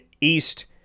East